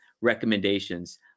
recommendations